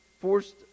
forced